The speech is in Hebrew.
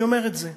אני אומר את זה,